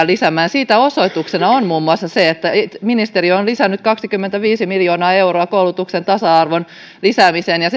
lisäämään ja siitä osoituksena on muun muassa se että ministeri on lisännyt kaksikymmentäviisi miljoonaa euroa koulutuksen tasa arvon lisäämiseen ja ja